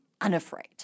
unafraid